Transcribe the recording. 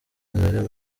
amerewe